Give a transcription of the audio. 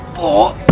or